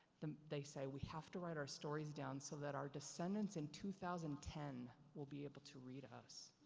them, they say, we have to write our stories down so that our descendants in two thousand and ten will be able to read us.